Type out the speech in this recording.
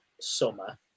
summer